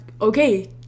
okay